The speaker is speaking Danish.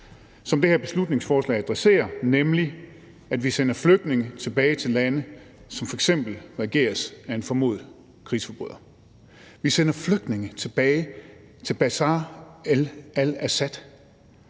som det her beslutningsforslag adresserer, nemlig at vi sender flygtninge tilbage til lande, som f.eks. regeres af en formodet krigsforbryder. Vi sender flygtninge tilbage til Bashar al-Assad,